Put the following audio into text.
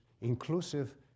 inclusive